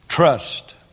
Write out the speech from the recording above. Trust